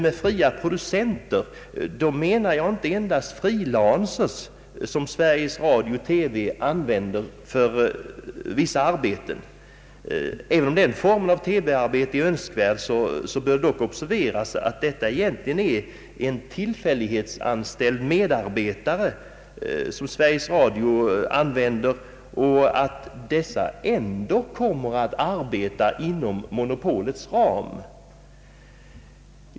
Med fria producenter menar jag inte endast freelancers som Sveriges Radio-TV använder för vissa arbeten. Även om den formen av TV-arbete är önskvärd bör det observeras att detta egentligen är en tillfällighetsanställning av medarbetare som Sveriges Radio-TV gör och att dessa ändå kommer att arbeta inom monopolets ram.